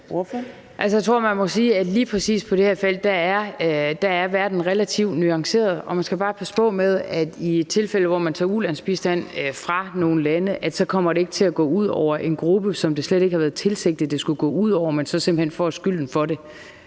Altså, jeg tror, man må sige, at lige præcis på det her felt er verden relativt nuanceret, og man skal bare passe på med, i tilfælde hvor man tager ulandsbistand fra nogle lande, at det så ikke kommer til at gå ud over en gruppe, som det slet ikke har været tilsigtet at det skulle gå ud over, men som simpelt hen får skylden for det